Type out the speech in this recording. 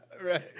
Right